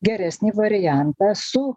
geresnį variantą su